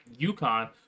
UConn